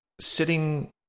sitting